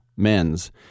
Men's